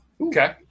Okay